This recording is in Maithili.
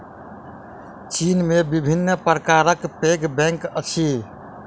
चीन में विभिन्न प्रकारक पैघ बैंक अछि